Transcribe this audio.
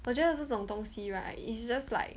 我觉得这种东西 right it's just like